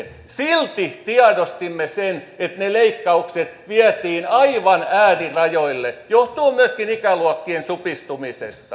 silti tiedostimme sen että ne leikkaukset vietiin aivan äärirajoille johtuen myöskin ikäluokkien supistumisesta